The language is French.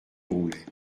roulaient